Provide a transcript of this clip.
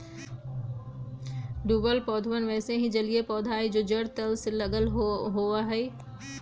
डूबल पौधवन वैसे ही जलिय पौधा हई जो जड़ तल से लगल होवा हई